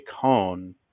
cone